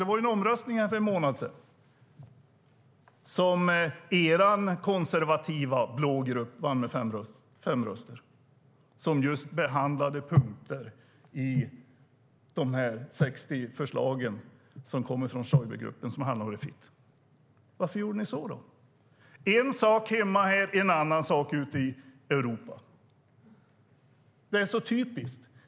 Det var ju en omröstning för en månad sedan som er konservativa, blå grupp vann med fem röster som just behandlade punkter i de 60 förslag som kommer från Stoibergruppen och som handlar om Refit. Varför gjorde ni så? Det är en viss sak här hemma och en annan sak ute i Europa. Det är så typiskt!